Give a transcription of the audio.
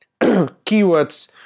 keywords